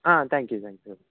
ah thank you thank you very much